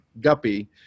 guppy